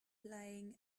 playing